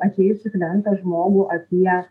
atėjusį klientą žmogų apie